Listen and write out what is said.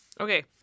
Okay